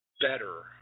better